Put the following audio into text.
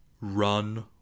run